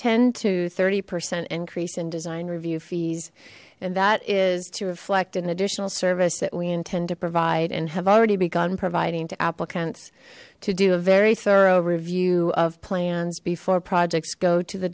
ten to thirty percent increase in design review fees and that is to reflect an additional service that we intend to provide and have already begun providing to applicants to do a very thorough review of plans before projects go to the